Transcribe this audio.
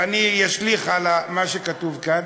ואני אשליך על מה שכתוב כאן?